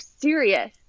serious